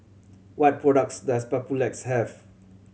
what products does Papulex have